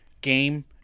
game